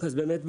אז באמת,